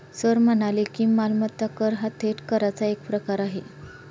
sir म्हणाले की, मालमत्ता कर हा थेट कराचा एक प्रकार आहे